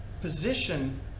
position